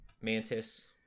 Mantis